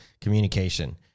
communication